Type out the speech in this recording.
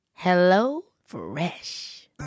HelloFresh